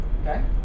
Okay